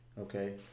Okay